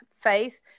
faith